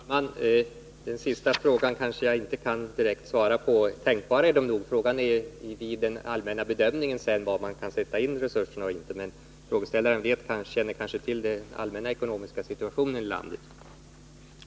Herr talman! Den senaste frågan kan jag inte svara på direkt. Förstärkningar är nog tänkbara, men frågan är var man efter en allmän bedömning kan sätta in resurser och inte. Frågeställaren känner kanske till den allmänna ekonomiska situationen i landet.